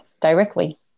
directly